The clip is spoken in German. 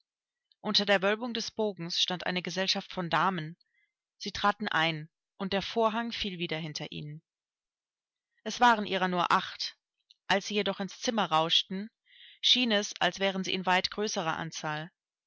unter der wölbung des bogens stand eine gesellschaft von damen sie traten ein und der vorhang fiel wieder hinter ihnen es waren ihrer nur acht als sie jedoch ins zimmer rauschten schien es als wären sie in weit größerer anzahl